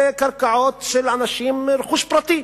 אלה קרקעות של אנשים, רכוש פרטי,